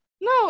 no